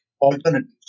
alternatives